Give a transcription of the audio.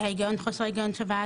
וחוסר ההיגיון ---.